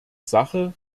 sache